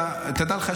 תדע לך,